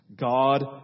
God